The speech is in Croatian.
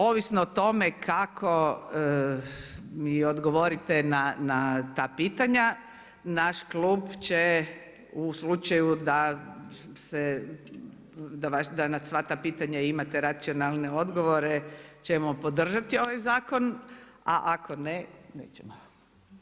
Ovisno o tome kako mi odgovorite na ta pitanja naš klub će u slučaju da se, da na sva ta pitanja imate racionalne odgovore ćemo podržati ovaj zakon a ako ne nećemo.